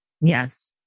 yes